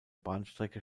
bahnstrecke